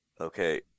okay